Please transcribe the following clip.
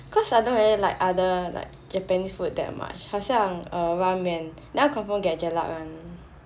cause I don't really like other like japanese food that much 好像 err ramen that one confirm get jelak [one]